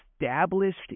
established